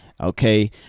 Okay